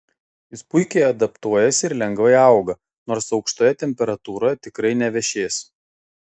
jis puikiai adaptuojasi ir lengvai auga nors aukštoje temperatūroje tikrai nevešės